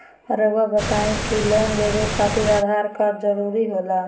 रौआ बताई की लोन लेवे खातिर आधार कार्ड जरूरी होला?